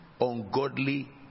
ungodly